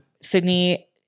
Sydney